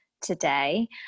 today